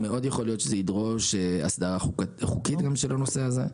מאוד יכול להיות שתידרש אסדרה חוקית של הנושא הזה.